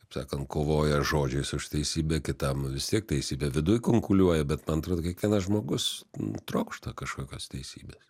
taip sakant kovoja žodžiais už teisybę kitam vis tiek teisybė viduj kunkuliuoja bet man atrodo kiekvienas žmogus trokšta kažkokios teisybės